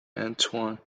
antoine